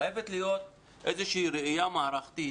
חייבת להיות איזו ראייה מערכתית,